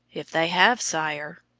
if they have, sire,